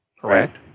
correct